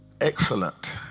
excellent